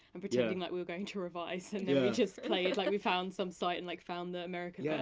and pretending that we were going to revise, and then we just played, like we found some site, and like found the american yeah